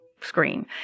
screen